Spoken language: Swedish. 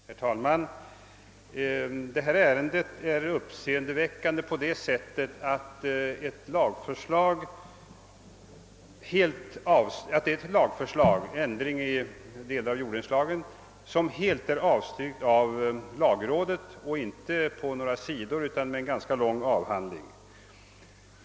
Herr talman! Detta ärende är uppseendeväckande på det sättet att det gäller ett lagförslag, ändring i jorddelningslagen, som helt avstyrkts av lagrådet — och detta inte på några få sidor utan i en ganska lång avhandling.